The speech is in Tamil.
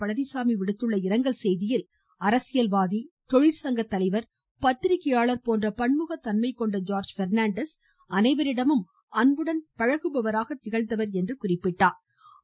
பழனிச்சாமி விடுத்துள்ள இரங்கல் செய்தியில் அரசியல்வாதி தொழிந்சங்க தலைவர் பத்திரிக்கையாளர் போன்ற பன்முகத்தன்மை கொண்ட ஜார்ஜ் பெர்னான்டஸ் அனைவரிடமும் அன்புடன் பழகுபவராக திகழ்ந்தவர் என்று குறிப்பிட்டுள்ளார்